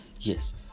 yes